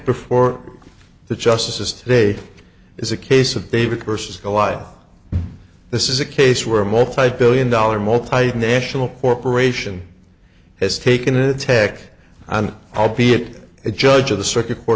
before the justices today is a case of david versus goliath this is a case where a multibillion dollar multinational corporation has taken an attack on albeit a judge of the circuit